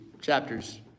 chapters